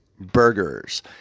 burgers